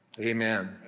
Amen